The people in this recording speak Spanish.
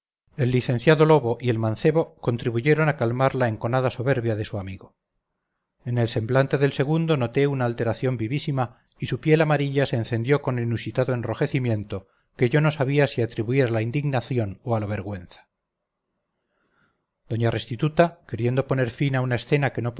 el licenciado lobo y el mancebo contribuyeron a calmar la enconada soberbia de su amigo en el semblante del segundo noté una alteración vivísima y su piel amarilla se encendió con inusitado enrojecimiento que yo no sabía si atribuir a la indignación o a la vergüenza doña restituta queriendo poner fin a una escena que no